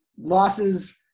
Losses